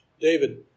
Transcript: David